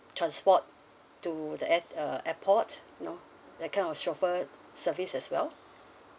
transport to the air~ uh airport you know that kind of chauffeur service as well